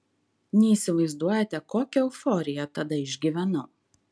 neįsivaizduojate kokią euforiją tada išgyvenau